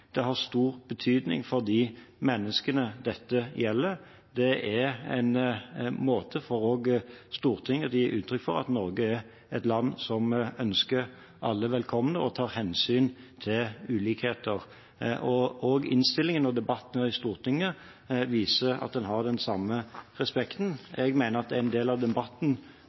Det har stor betydning for de menneskene dette gjelder. Det er en måte for Stortinget å gi uttrykk for at Norge er et land som ønsker alle velkomne og tar hensyn til ulikheter. Innstillingen og debatten her i Stortinget viser at man har den samme respekten. Jeg mener at en del av debatten